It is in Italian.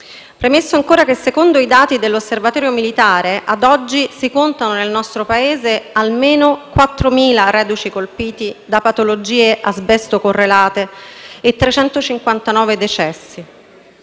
impoverito (DU); secondo i dati dell'Osservatorio militare ad oggi si contano nel nostro Paese almeno 4.000 reduci colpiti da patologie asbesto-correlate e 359 decessi;